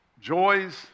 joys